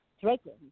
threatened